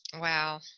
Wow